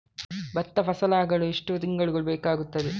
ಭತ್ತ ಫಸಲಾಗಳು ಎಷ್ಟು ತಿಂಗಳುಗಳು ಬೇಕಾಗುತ್ತದೆ?